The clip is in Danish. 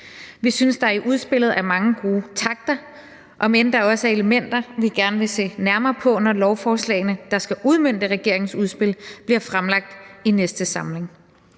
Vi synes, der i udspillet er mange gode takter, om end der også er elementer, vi gerne vil se nærmere på, når lovforslagene, der skal udmønte regeringens udspil, bliver fremsat i næste samling.